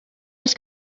els